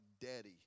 Daddy